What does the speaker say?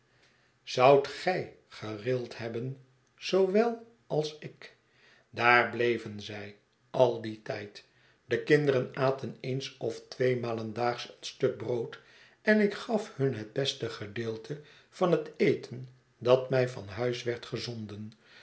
zoudt gij gerild hebben zoowel als ik baar bleven zij al dien tijd de kinderen aten eens of twee malen daags een stuk brood en ik gaf hun het beste gedeelte van het eten dat mij van huis werd gezonden